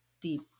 deep